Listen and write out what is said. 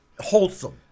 Wholesome